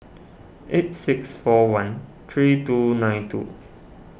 eight six four one three two nine two